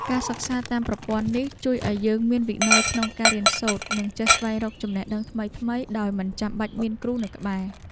ការសិក្សាតាមប្រព័ន្ធនេះជួយឱ្យយើងមានវិន័យក្នុងការរៀនសូត្រ និងចេះស្វែងរកចំណេះដឹងថ្មីៗដោយមិនចាំបាច់មានគ្រូនៅក្បែរ។